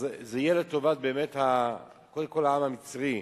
זה יהיה קודם כול לטובת העם המצרי,